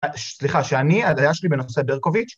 סליחה, שאני, הדעה שלי בנושא ברקוביץ'